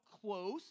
close